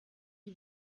die